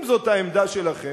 אם זאת העמדה שלכם,